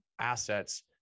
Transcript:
assets